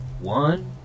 One